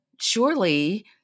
Surely